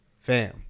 fam